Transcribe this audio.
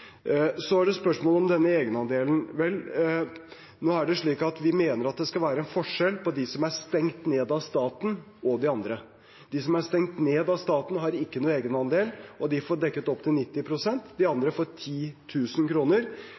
Så til spørsmålet om denne egenandelen: Vel, nå er det slik at vi mener at det skal være en forskjell på dem som er stengt ned av staten, og de andre. De som er stengt ned av staten, har ikke noen egenandel, og de får dekket opptil 90 pst. De andre får